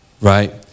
Right